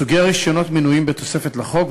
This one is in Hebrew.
סוגי הרישיונות מנויים בתוספת לחוק,